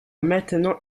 maintenant